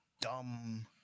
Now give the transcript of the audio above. dumb